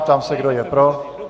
Ptám se, kdo je pro.